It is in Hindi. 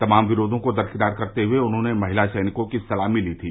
तमाम विरोधों को दर किनार करते हुए उन्होंने महिला सैनिकों की सलामी ली थी